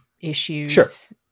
issues